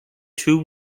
too